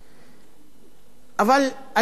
אבל אני פונה לערוץ-10.